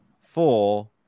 four